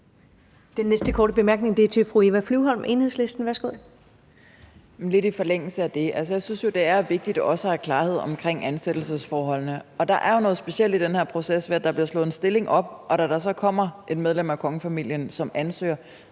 Den næste korte bemærkning er fra fru Eva Flyvholm, Enhedslisten. Værsgo. Kl. 16:21 Eva Flyvholm (EL): Lidt i forlængelse af det: Jeg synes, det er vigtigt også at have klarhed omkring ansættelsesforholdene, og der er jo noget specielt i den her proces ved, at der er blevet slået en stilling op, og da der så kommer et medlem af kongefamilien, som ansøger,